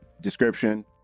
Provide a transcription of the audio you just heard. description